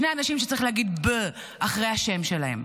שני אנשים שצריך להגיד "בע" אחרי השם שלהם.